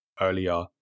earlier